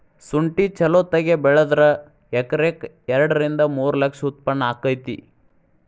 ಸುಂಠಿ ಚಲೋತಗೆ ಬೆಳದ್ರ ಎಕರೆಕ ಎರಡ ರಿಂದ ಮೂರ ಲಕ್ಷ ಉತ್ಪನ್ನ ಅಕೈತಿ